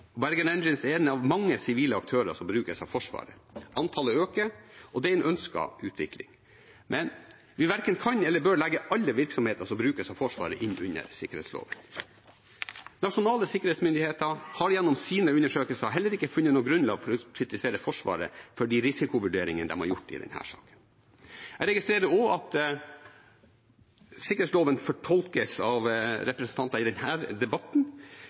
Bergen Engines er en av mange sivile aktører som brukes av Forsvaret. Antallet øker, og det er en ønsket utvikling, men vi verken kan eller bør legge alle virksomheter som brukes av Forsvaret, inn under sikkerhetsloven. Nasjonale sikkerhetsmyndigheter har gjennom sine undersøkelser heller ikke funnet noe grunnlag for å kritisere Forsvaret for de risikovurderingene de har gjort i denne saken. Jeg registrerer også at sikkerhetsloven fortolkes av representanter i denne debatten.